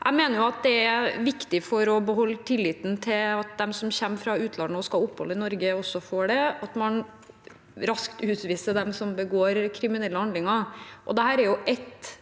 Jeg mener at det er viktig for å beholde tilliten til at de som kommer fra utlandet og skal ha opphold i Norge, også får det, og at man raskt utviser dem som begår kriminelle handlinger. Dette er jo én